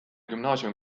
gümnaasiumi